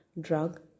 Drug